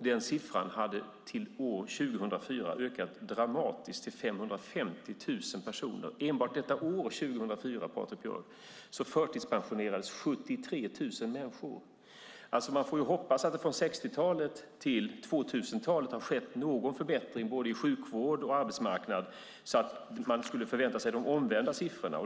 Den siffran hade till år 2004 ökat dramatiskt till 550 000 personer. Enbart detta år, 2004, förtidspensionerades 73 000 människor, Patrik Björck. Man får hoppas att det från 60-talet till 2000-talet skedde någon förbättring både i sjukvård och på arbetsmarknad så att man kunde förvänta sig de omvända siffrorna.